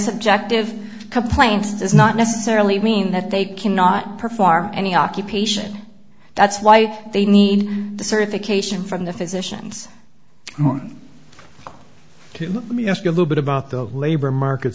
subjective complaints does not necessarily mean that they cannot perform any occupation that's why they need the certification from the physicians i want to let me ask you a little bit about the labor market